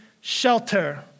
shelter